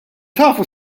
tafu